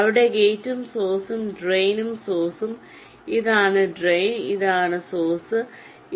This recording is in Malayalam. ഇവിടെ ഗേറ്റും സോഴ്സും ഡ്രെയ്നും സോഴ്സും ഇതാണ് ഡ്രെയിൻ ഇതാണ് സോഴ്സും